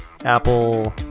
Apple